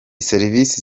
serivisi